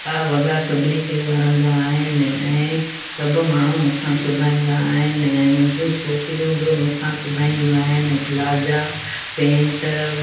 हा वॻा सभिनी खे वणंदा आहिनि ऐं सभु माण्हू मूं खां सिबाईंदा आहिनि ऐं मुंहिंजूं छोकिरियूं बि मूं खां सिबाईंदी आहिनि प्लाजा पेंट